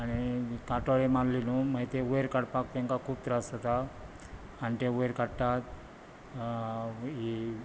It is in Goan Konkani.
आनी काटोळी माल्ली न्हू मागीर ती वयर काडपाक तांकां खूब त्रास जाता आनी ते वयर काडटात ही